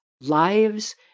lives